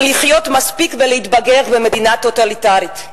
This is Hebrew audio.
לחיות מספיק ולהתבגר במדינה טוטליטרית.